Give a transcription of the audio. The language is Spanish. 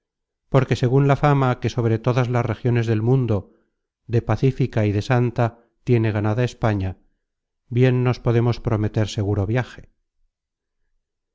porque segun la fama que sobre todas las regiones del mundo de pacífica y de santa tiene ganada españa bien nos podemos prometer seguro viaje